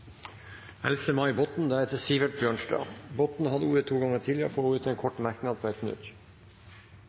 Botten har hatt ordet to ganger tidligere og får ordet til en kort merknad, begrenset til 1 minutt.